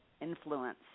influence